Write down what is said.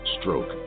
Stroke